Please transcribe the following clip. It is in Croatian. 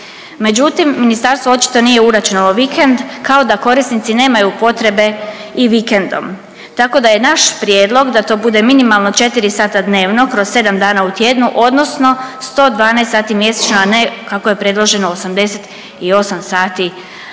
međutim ministarstvo očito nije uračunalo vikend kao da korisnici nemaju potrebe i vikendom. Tako da je naš prijedlog da to bude minimalno 4 sata dnevno kroz 7 dana u tjednu odnosno 112 sati mjesečno, a ne kako je predloženo 88 sati